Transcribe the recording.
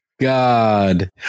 God